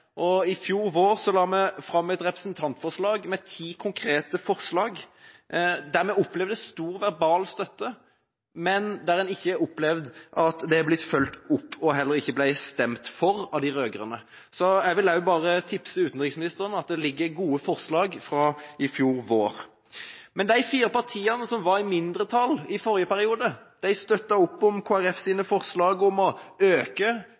I fjor vår la vi fram et representantforslag med ti konkrete forslag, der vi opplevde stor verbal støtte, men der vi ikke opplevde at det er blitt fulgt opp og heller ikke ble stemt for av de rød-grønne. Så jeg vil bare tipse utenriksministeren om at det ligger gode forslag her fra i fjor vår. De fire partiene som var i mindretall i forrige periode, støttet opp om Kristelig Folkepartis forslag om å øke